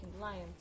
lions